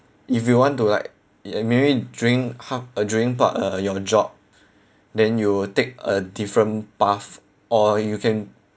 if you want to like maybe during half uh during part uh your job then you will take a different path or you can